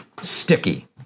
sticky